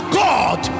god